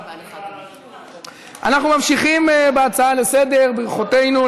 אנחנו ממשיכים בהצעה לסדר-היום.